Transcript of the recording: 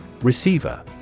Receiver